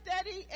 steady